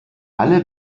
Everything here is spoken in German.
alle